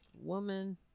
Woman